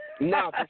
No